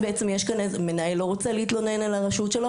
בזמן ומנהל לא רוצה להתלונן על הרשות שלו,